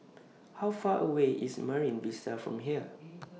How Far away IS Marine Vista from here